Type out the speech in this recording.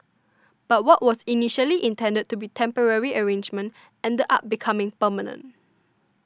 but what was initially intended to be temporary arrangement ended up becoming permanent